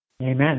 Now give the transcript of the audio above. amen